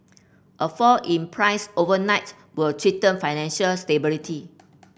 a fall in price overnight will threaten financial stability